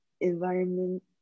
environment